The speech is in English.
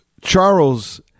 Charles